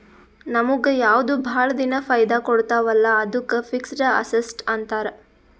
ನಮುಗ್ ಯಾವ್ದು ಭಾಳ ದಿನಾ ಫೈದಾ ಕೊಡ್ತಾವ ಅಲ್ಲಾ ಅದ್ದುಕ್ ಫಿಕ್ಸಡ್ ಅಸಸ್ಟ್ಸ್ ಅಂತಾರ್